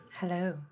Hello